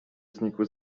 znikł